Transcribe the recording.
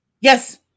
Yes